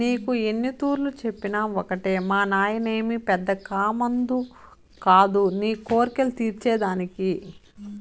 నీకు ఎన్నితూర్లు చెప్పినా ఒకటే మానాయనేమి పెద్ద కామందు కాదు నీ కోర్కెలు తీర్చే దానికి